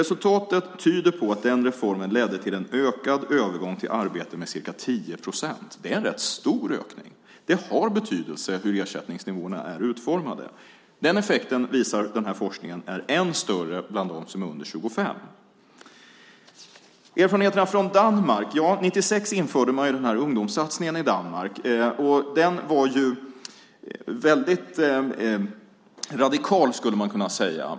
Resultatet tyder på att den reformen ledde till en ökad övergång till arbete - en ökning med ca 10 procent. Det är en rätt stor ökning. Det har betydelse hur ersättningsnivåerna är utformade. Den effekten är, visar forskningen, ännu större bland dem som är under 25. Sedan har vi erfarenheterna från Danmark. 1996 infördes ungdomssatsningen i Danmark. Den var väldigt radikal, skulle man kunna säga.